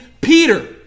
Peter